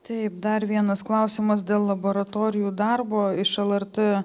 taip dar vienas klausimas dėl laboratorijų darbo iš lrt